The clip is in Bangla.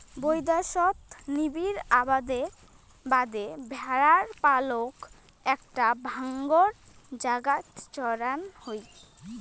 বৈদ্যাশত নিবিড় আবাদের বাদে ভ্যাড়ার পালক একটা ডাঙর জাগাত চড়ান হই